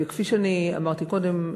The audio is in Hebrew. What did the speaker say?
וכפי שאני אמרתי קודם,